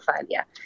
failure